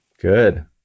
Good